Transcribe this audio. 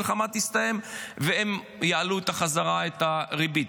המלחמה תסתיים והם יעלו בחזרה את הריבית.